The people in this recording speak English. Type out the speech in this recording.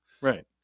Right